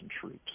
troops